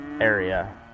area